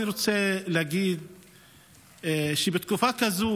אני רוצה להגיד שבתקופה כזאת,